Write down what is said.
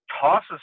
tosses